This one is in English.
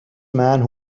man